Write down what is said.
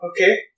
Okay